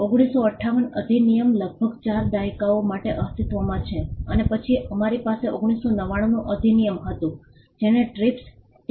1958 અધિનિયમ લગભગ 4 દાયકાઓ માટે અસ્તિત્વમાં છે અને પછી અમારી પાસે 1999 નું અધિનિયમ હતું જેણે ટ્રીપ્સટી